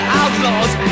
outlaws